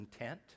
intent